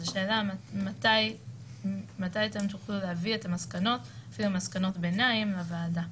השאלה מתי תוכלו להביא את מסקנות הביניים לוועדה?